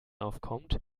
aufkommt